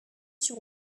sur